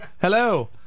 Hello